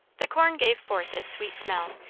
the corn gave forth its sweet smell,